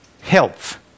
health